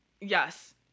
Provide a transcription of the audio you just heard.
Yes